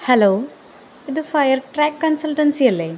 hello ഇത് fire track consultancy അല്ലെ